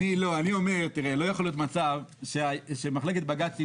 אני אומר שלא יכול להיות מצב שמחלקת בג"צים